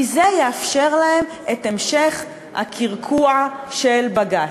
כי זה יאפשר להם את המשך הקרקוע של בג"ץ.